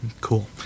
cool